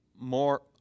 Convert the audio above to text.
more